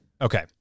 Okay